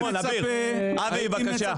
אביר --- אבי, בבקשה.